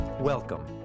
Welcome